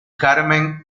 carmen